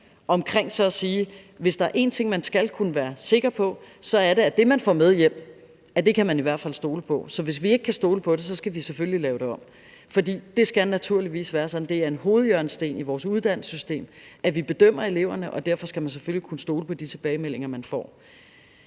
omkring at sige: Hvis der er en ting, man skal kunne være sikker på, så er det, at det, man får med hjem, kan man i hvert fald stole på. Så hvis vi ikke kan stole på det, skal vi selvfølgelig lave det om, for det skal naturligvis være sådan, at det er en hovedhjørnesten i vores uddannelsessystem, at vi bedømmer eleverne, og derfor skal man selvfølgelig kunne stole på de tilbagemeldinger, man får.